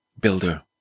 builder